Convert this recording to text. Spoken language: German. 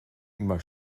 immer